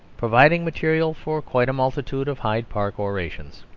providing material for quite a multitude of hyde park orations.